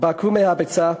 בקעו מהביצה.